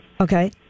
Okay